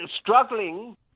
struggling